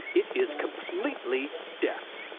it is completely deaf,